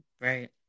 right